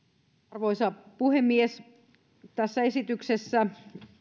arvoisa puhemies tässä esityksessä